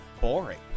boring